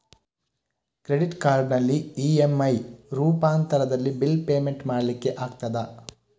Credit ಕಾರ್ಡಿನಲ್ಲಿ EMI ರೂಪಾಂತರದಲ್ಲಿ bill payment ಮಾಡ್ಲಿಕ್ಕೆ ಆಗ್ತದ?